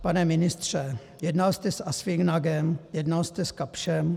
Pane ministře, jednal jste s ASFINAGem, jednal jste s KAPSCHem.